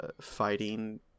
Fighting